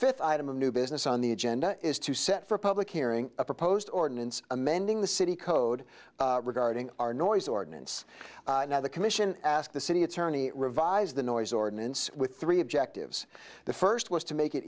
fifth item of new business on the agenda is to set for a public hearing a proposed ordinance amending the city code regarding our noise ordinance now the commission asked the city attorney revised the noise ordinance with three objectives the first was to make it